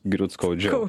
griūt skaudžiau